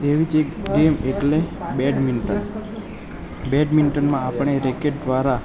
એવી જ એક ગેમ એટલે બેડમિન્ટન બેડમિન્ટનમાં આપણે રેકેટ દ્વારા